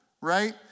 right